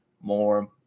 more